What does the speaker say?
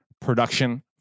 production